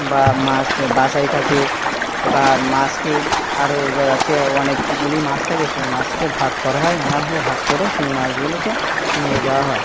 বা মাছ বাছাই থাকে বা মাছকে আরও হচ্ছে অনেকগুলি মাছ থাকে সেই মাছকে ভাগ করা হয় নানাভাবে ভাগ করে সেই মাছগুলোকে নিয়ে যাওয়া হয়